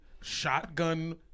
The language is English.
shotgun